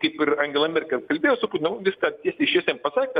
kaip ir angela merkel kalbėjo su putinu viską tiesiai šviesiai jam pasakė kad